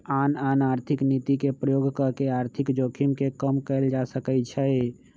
आन आन आर्थिक नीति के प्रयोग कऽ के आर्थिक जोखिम के कम कयल जा सकइ छइ